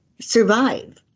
survive